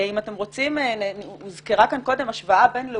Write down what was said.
אם אתם רוצים, הוזכרה כאן קודם השוואה בין-לאומית.